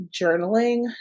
journaling